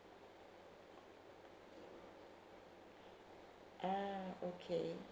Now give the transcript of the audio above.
ah okay